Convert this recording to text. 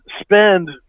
spend